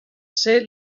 ser